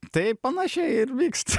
tai panašiai ir vyksta